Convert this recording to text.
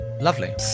lovely